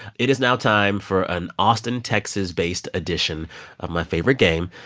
it is now time for an austin, texas-based edition of my favorite game,